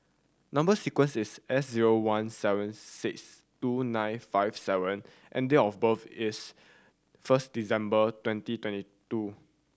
number sequence is S zero one seven six two nine five seven and date of birth is first December twenty twenty two